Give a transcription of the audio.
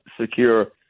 secure